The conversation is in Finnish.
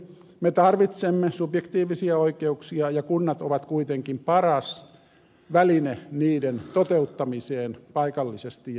eli me tarvitsemme subjektiivisia oikeuksia ja kunnat ovat kuitenkin paras väline niiden toteuttamiseen paikallisesti ja alueilla